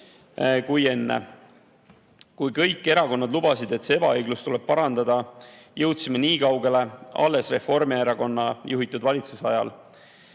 Kuigi kõik erakonnad lubasid, et see ebaõiglus tuleb parandada, jõudsime nii kaugele alles Reformierakonna juhitud valitsuse ajal.